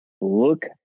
Look